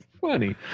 Funny